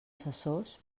assessors